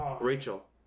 Rachel